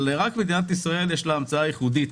אבל רק מדינת ישראל יש לה המצאה ייחודית